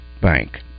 bank